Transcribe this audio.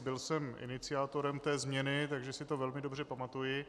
Byl jsem iniciátorem té změny, takže si to velmi dobře pamatuji.